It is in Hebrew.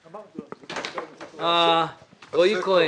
רועי כהן.